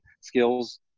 skills